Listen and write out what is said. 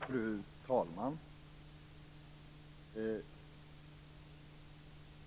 Fru talman!